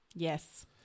Yes